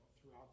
throughout